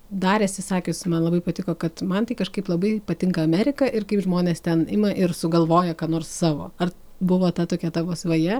dar esi sakiusi man labai patiko kad man tai kažkaip labai patinka amerika ir kaip žmonės ten ima ir sugalvoja ką nors savo ar buvo ta tokia tavo svaja